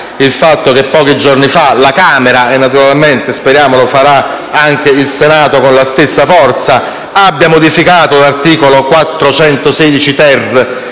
il fatto che pochi giorni fa la Camera ‑ naturalmente speriamo lo farà anche il Senato con la stessa forza ‑ abbia modificato l'articolo 416‑*ter*